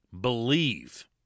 believe